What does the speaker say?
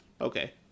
Okay